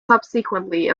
subsequently